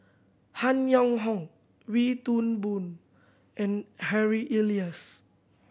Han Yong Hong Wee Toon Boon and Harry Elias